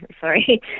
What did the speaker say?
sorry